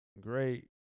great